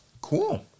Cool